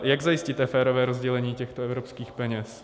Jak zajistíte férové rozdělení těchto evropských peněz?